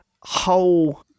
whole